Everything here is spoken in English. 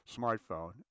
smartphone